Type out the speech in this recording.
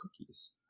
cookies